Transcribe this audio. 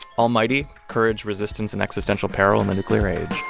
almighty courage, resistance, and existential peril in the nuclear age.